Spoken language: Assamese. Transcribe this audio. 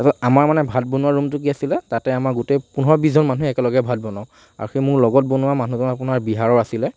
তাৰপাছত আমাৰ মানে ভাত বনোৱা ৰূমটো কি আছিলে তাতে আমাৰ গোটেই পোন্ধৰ বিছজন মানুহে একেলগে ভাত বনাওঁ আৰু সেই মোৰ লগত বনোৱা মানুহজন আপোনাৰ বিহাৰৰ আছিলে